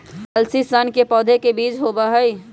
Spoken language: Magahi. अलसी सन के पौधे के बीज होबा हई